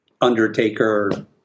Undertaker